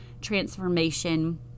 transformation